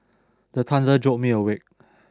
the thunder jolt me awake